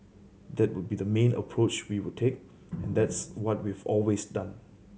that would be the main approach we would take and that's what we've always done